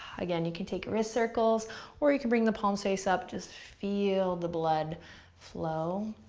again, you can take wrist circles or you can bring the palms face up, just feel the blood flow,